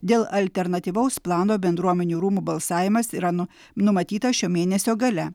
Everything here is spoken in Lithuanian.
dėl alternatyvaus plano bendruomenių rūmų balsavimas yra nu numatytas šio mėnesio gale